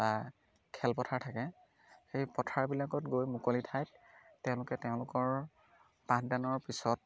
বা খেলপথাৰ থাকে সেই পথাৰবিলাকত গৈ মুকলি ঠাইত তেওঁলোকে তেওঁলোকৰ পাঠদানৰ পিছত